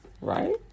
right